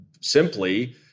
simply